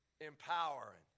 empowering